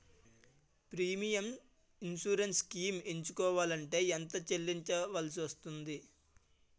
Premium insurance schemes ఎంచుకోవలంటే ఎంత చల్లించాల్సివస్తుంది??